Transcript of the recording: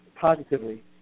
positively